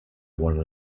one